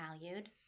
valued